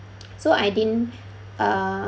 so I didn't uh